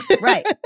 Right